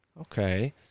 Okay